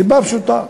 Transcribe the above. מסיבה פשוטה,